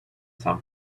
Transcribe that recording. san